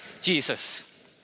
Jesus